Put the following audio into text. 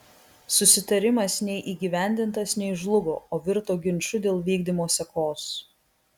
susitarimas nei įgyvendintas nei žlugo o virto ginču dėl vykdymo sekos